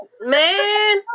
man